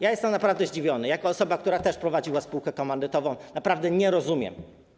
Ja jestem naprawdę zdziwiony jako osoba, która też prowadziła spółkę komandytową, naprawdę tego nie rozumiem.